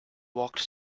walked